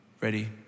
ready